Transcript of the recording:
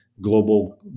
global